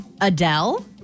Adele